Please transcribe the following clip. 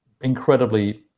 incredibly